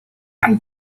are